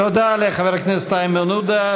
תודה לחבר הכנסת איימן עודה,